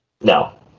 No